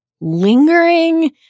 lingering